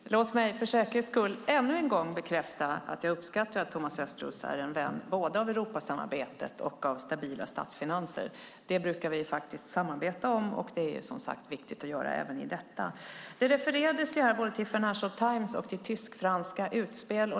Herr talman! Låt mig för säkerhets skull ännu en gång bekräfta att jag uppskattar att Thomas Östros är en vän både av Europasamarbetet och av stabila statsfinanser. Det brukar vi faktiskt samarbeta om, och det är som sagt viktigt att göra det även i detta. Det refererades här både till Financial Times och till tysk-franska utspel.